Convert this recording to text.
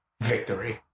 victory